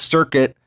Circuit